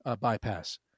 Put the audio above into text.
bypass